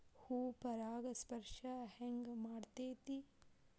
ಹೂ ಪರಾಗಸ್ಪರ್ಶ ಹೆಂಗ್ ಮಾಡ್ತೆತಿ?